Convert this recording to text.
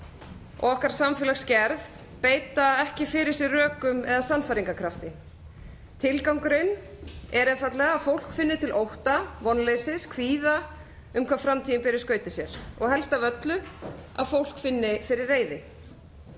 og okkar samfélagsgerð beita ekki fyrir sig rökum eða sannfæringarkrafti. Tilgangurinn er einfaldlega að fólk finni til ótta, vonleysis, kvíða um hvað framtíðin ber í skauti sér og helst af öllu að fólk finni fyrir reiði.